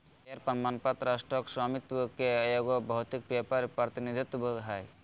share प्रमाण पत्र stock स्वामित्व के एगो भौतिक पेपर प्रतिनिधित्व हइ